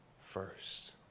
first